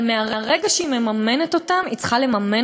אבל מהרגע שהיא מממנת אותם היא צריכה לממן